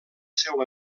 seu